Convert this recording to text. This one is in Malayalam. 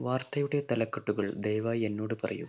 വാർത്തയുടെ തലക്കെട്ടുകൾ ദയവായി എന്നോട് പറയൂ